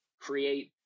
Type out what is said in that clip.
create